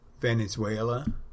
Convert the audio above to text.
Venezuela